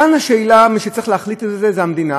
כאן מי שצריך להחליט בשאלה זה המדינה.